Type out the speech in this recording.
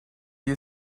you